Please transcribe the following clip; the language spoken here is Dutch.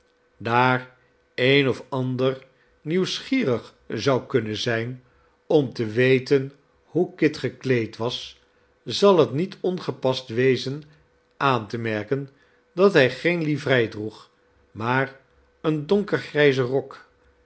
daar een of ander nieuwsgierig zou kunnen zijn om te weten hoe kit gekleed was zal het niet ongepast wezen aan te merken dat hij geene livrei droeg maar een donkergrijzen rok